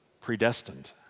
predestined